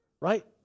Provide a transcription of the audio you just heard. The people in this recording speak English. right